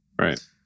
Right